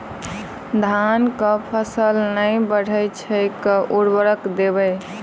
धान कऽ फसल नै बढ़य छै केँ उर्वरक देबै?